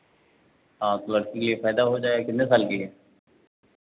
हाँ तो लड़की के लिए फ़ायदा हो जाएगा कितने साल की है